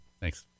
Thanks